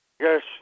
Yes